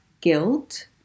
guilt